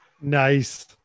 nice